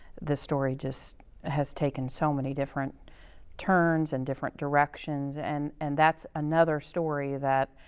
the story just has taken so many different turns and different directions. and and that's another story that